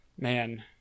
man